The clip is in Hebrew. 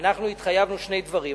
לשני דברים.